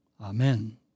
Amen